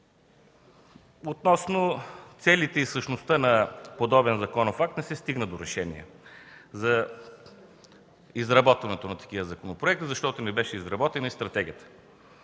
относно целите и същността на подобен законов акт, не се стигна до решение за изработването им, защото не беше изготвена и стратегията.